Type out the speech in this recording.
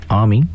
Army